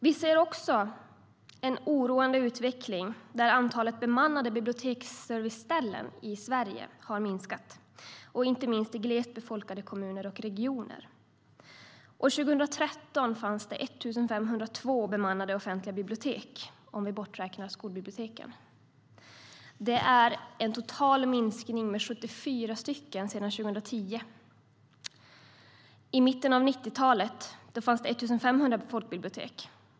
Vi ser också en oroande utveckling där antalet bemannade biblioteksserviceställen i Sverige har minskat, inte minst i glest befolkade kommuner och regioner. År 2013 fanns det 1 502 bemannade offentliga bibliotek, om vi räknar bort skolbiblioteken. Det är en minskning med 74 sedan 2010. I mitten av 90-talet fanns det 1 500 folkbibliotek.